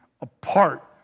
apart